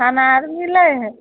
अनार मिलै हइ